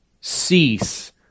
cease